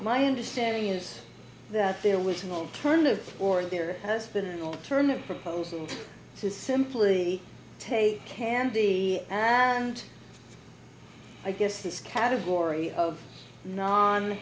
my understanding is that there was an alternative or there has been an alternative proposal to simply take candy and i guess this category of non